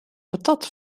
patat